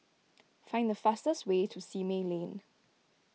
find the fastest way to Simei Lane